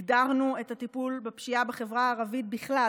הגדרנו את הטיפול בפשיעה בחברה הערבית בכלל,